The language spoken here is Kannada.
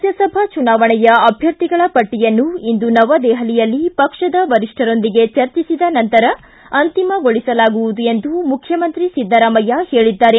ರಾಜ್ಯಸಭಾ ಚುನಾವಣೆಯ ಅಭ್ಯರ್ಥಿಗಳ ಪಟ್ಟಿಯನ್ನು ಇಂದು ನವದೆಹಲಿಯಲ್ಲಿ ಪಕ್ಷದ ವರಿಷ್ಠರೊಂದಿಗೆ ಚರ್ಚಿಸಿದ ನಂತರ ಅಂತಿಮಗೊಳಿಸಲಾಗುವುದು ಎಂದು ಮುಖ್ಯಮಂತ್ರಿ ಸಿದ್ದರಾಮಯ್ಯ ಹೇಳಿದ್ದಾರೆ